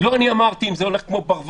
לא אני אמרתי שאם זה הולך כמו ברווז,